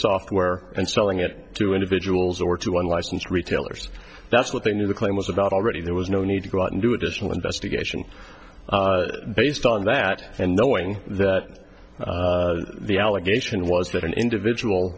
software and selling it to individuals or to unlicensed retailers that's what they knew the claim was about already there was no need to go out and do additional investigation based on that and knowing that the allegation was that an individual